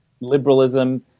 liberalism